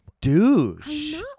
douche